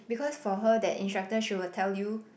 because for her that instructor she will tell you